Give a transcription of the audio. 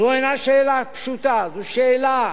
זו אינה שאלה פשוטה, זו שאלה